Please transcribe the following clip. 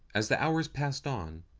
as the hours passed on,